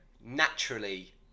naturally